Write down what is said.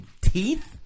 teeth